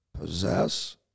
possess